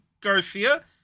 Garcia